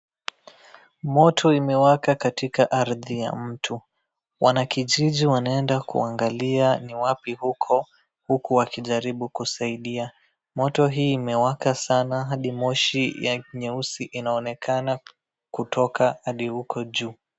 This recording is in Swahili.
Moto imewaka katika ardhi ya mtu wanakijiji wanaenda kuangalia ni wapi huko huku wakijaribu kusaidia. Moto hii imewaka sana hadi moshi ya nyeusi inaonekana kutoka hadi huko juu.